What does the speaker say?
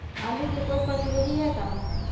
आलू के कोई प्रतिरोधी है का?